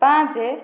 ପାଞ୍ଚ